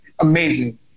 amazing